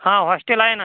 हा हॉस्टेल आहे ना